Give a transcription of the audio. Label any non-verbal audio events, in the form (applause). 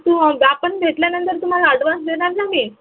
(unintelligible) आपण भेटल्यानंतर तुम्हाला ॲडव्हान्स देणार ना मी